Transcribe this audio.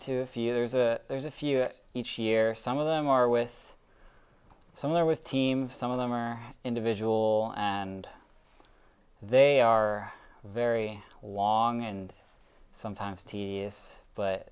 to a few there's a there's a few each year some of them are with some there was team some of them are individual and they are very long and sometimes tedious but